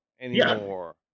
anymore